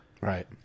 Right